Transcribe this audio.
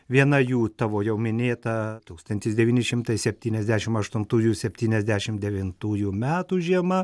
viena jų tavo jau minėta tūkstantis devyni šimtai septyniasdešim aštuntųjų septyniasdeši devintųjų metų žiema